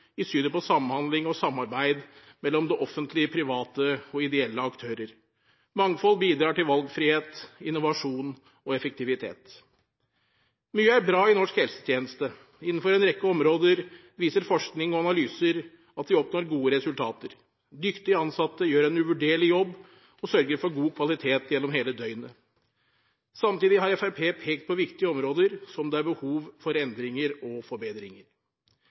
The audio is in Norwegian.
i synet på samhandling og samarbeid mellom det offentlige og private og ideelle aktører. Mangfold bidrar til valgfrihet, innovasjon og effektivitet. Mye er bra i norsk helsetjeneste. Innenfor en rekke områder viser forskning og analyser at vi oppnår gode resultater. Dyktige ansatte gjør en uvurderlig jobb og sørger for god kvalitet gjennom hele døgnet. Samtidig har Fremskrittspartiet pekt på viktige områder der det er behov for endringer og forbedringer.